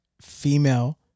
female